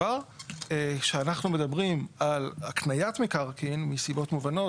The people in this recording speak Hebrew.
שאנחנו מדברים על הקניית מקרקעין מסיבות מובנות,